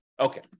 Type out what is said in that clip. Okay